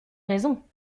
raison